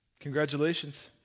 Congratulations